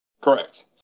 Correct